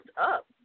up